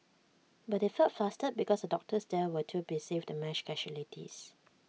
but they felt flustered because the doctors there were too busy with the mass casualties